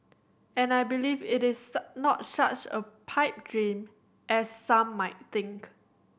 and I believe it is not such a pipe dream as some might think